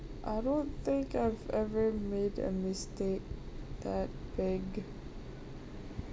I don't think I've ever made a mistake that big